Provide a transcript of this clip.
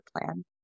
plan